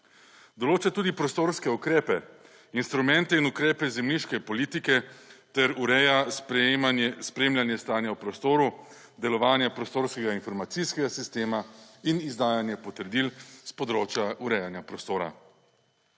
Določa tudi prostorske ukrepe, instrumente in ukrepe zemljiške politike ter ureja spremljanje stanja v prostoru, delovanje prostorskega informacijskega sistema in izdajanje potrdil s področja urejanja prostora.